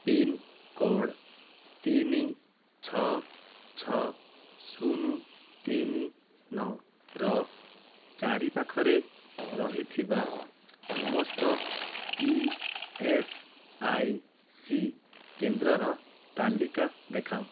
pincode ତିନି ଛଅ ଛଅ ଶୂନ ତିନି ନଅର ଚାରିପାଖରେ ରହିଥିବା ସମସ୍ତ ଇ ଏସ୍ ଆଇ ସି କେନ୍ଦ୍ରର ତାଲିକା ଦେଖାଅ